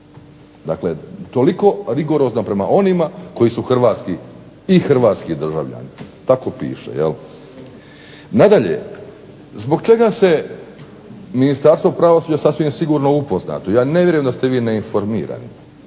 Dakle, toliko rigorozno prema onima koji su i hrvatski državljani. Nadalje, zbog čega se Ministarstvo pravosuđa je sasvim sigurno upoznato, ja ne vjerujem da ste vi neinformirani